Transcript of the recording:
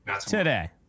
Today